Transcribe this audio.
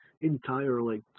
entirely